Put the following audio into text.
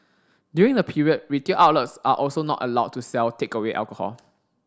during the period retail outlets are also not allowed to sell takeaway alcohol